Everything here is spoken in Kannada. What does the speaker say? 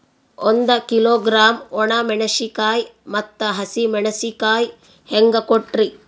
ಒಂದ ಕಿಲೋಗ್ರಾಂ, ಒಣ ಮೇಣಶೀಕಾಯಿ ಮತ್ತ ಹಸಿ ಮೇಣಶೀಕಾಯಿ ಹೆಂಗ ಕೊಟ್ರಿ?